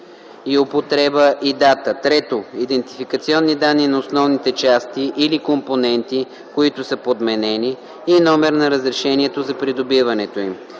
и употреба и дата; 3. идентификационни данни на основните части или компоненти, които са подменени, и номер на разрешението за придобиването им.